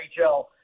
NHL